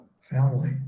family